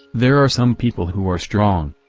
there are some people who are strong.